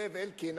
זאב אלקין,